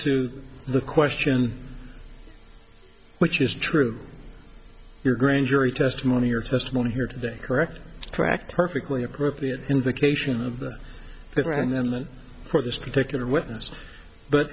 to the question which is true your grand jury testimony your testimony here today correct correct perfectly appropriate invocation of the program then for this particular witness but